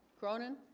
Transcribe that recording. cronan